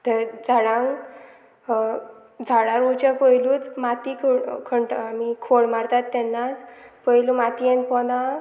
तर झाडांक झाडां रोवच्या पयलूच माती खण खणटा आमी खोण मारतात तेन्नाच पयलू मातयेन पोना